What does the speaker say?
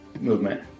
movement